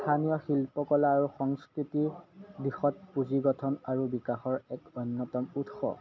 স্থানীয় শিল্পকলা আৰু সংস্কৃতিৰ দিশত পুঁজিগঠন আৰু বিকাশৰ এক অন্যতম উৎস